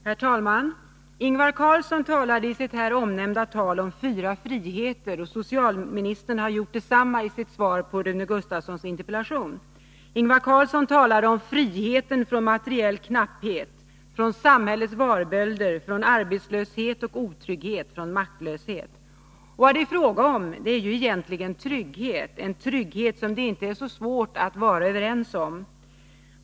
Herr talman! Ingvar Carlsson talade i sitt här omnämnda tal om fyra friheter, och socialministern har gjort detsamma i sitt svar på Rune Gustavssons interpellation. Ingvar Carlsson talade om friheten från materiell knapphet, från samhällets varbölder, från arbetslöshet och otrygghet, från maktlöshet. Vad det är fråga om är egentligen trygghet — en trygghet som det inte är svårt att vara överens om.